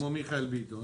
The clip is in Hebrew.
כן, כמו מיכאל ביטון.